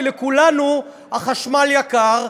כי לכולנו החשמל יקר.